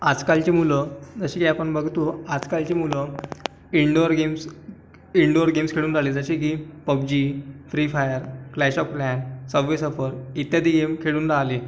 आजकालची मुलं जसे की आपण बघतो आजकालची मुलं indoor games indoor games खेळून राहले जसे की PUBG free fire clash of clan subway surfer इत्यादी गेम खेळून राहले